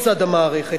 מצד המערכת.